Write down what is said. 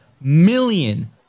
million